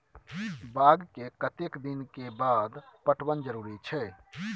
बाग के कतेक दिन के बाद पटवन जरूरी छै?